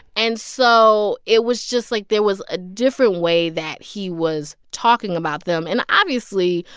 and so it was just like there was a different way that he was talking about them. and obviously,